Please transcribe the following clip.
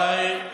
רבותיי,